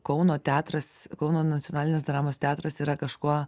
kauno teatras kauno nacionalinis dramos teatras yra kažkuo